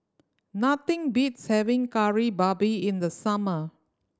nothing beats having Kari Babi in the summer